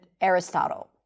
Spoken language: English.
Aristotle